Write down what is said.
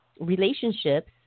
relationships